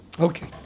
Okay